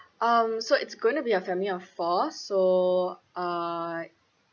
um so it's gonna be a family of four so uh